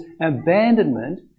abandonment